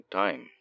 time